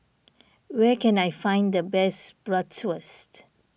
where can I find the best Bratwurst